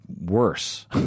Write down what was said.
worse